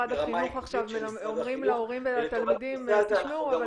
החינוך עכשיו אומרים להורים ולתלמידים 'תשמעו,